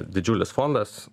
didžiulis fondas